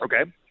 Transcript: Okay